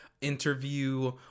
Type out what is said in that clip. interview